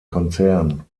konzern